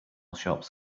shops